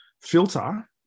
filter